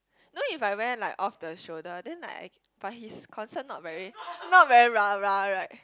no if I wear like off the shoulder then like I but his concert not very not very rah-rah right